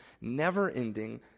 never-ending